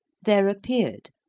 there appeared,